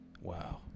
Wow